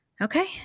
Okay